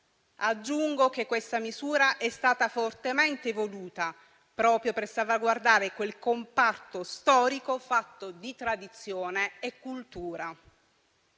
Aggiungo che questa misura è stata fortemente voluta proprio per salvaguardare quel comparto storico fatto di tradizione e cultura.